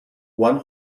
one